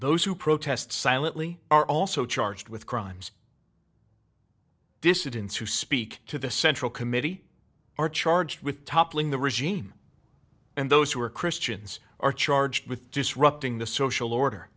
those who protest silently are also charged with crimes dissidents who speak to the central committee are charged with toppling the regime and those who are christians are charged with disrupting the social order